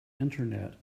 internet